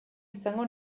izango